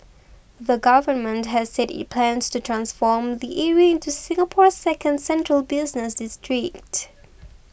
the Government has said it plans to transform the area into Singapore's second central business district